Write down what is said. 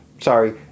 sorry